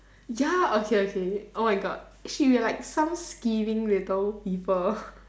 ya okay okay oh my god shit we're like some skiving little people